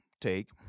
take